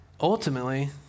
ultimately